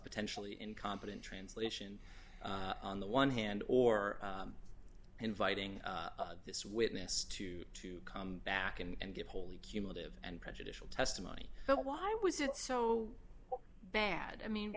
potentially incompetent translation on the one hand or inviting this witness to to come back and give wholly cumulative and prejudicial testimony so why was it so bad i mean